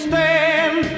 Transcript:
Stand